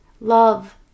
love